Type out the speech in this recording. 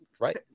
right